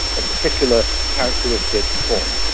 a particular characteristic form.